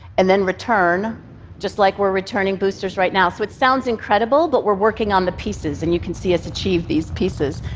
and then return just like we're returning boosters right now. so it sounds incredible, but we're working on the pieces, and you can see us achieve these pieces.